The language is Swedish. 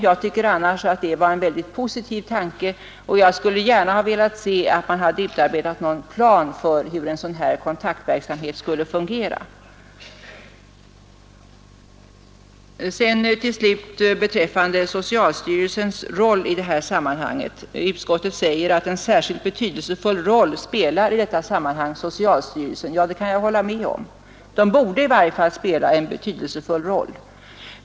Jag tycker annars att det var en mycket positiv tanke, och jag skulle gärna ha velat se att man hade utarbetat någon plan för hur en sådan kontaktverksamhet skulle fungera. Utskottet säger att en särskilt betydelsefull roll spelar i detta sammanhang socialstyrelsen. Ja, det kan jag hålla med om. Den borde i varje fall spela en betydelsefull roll.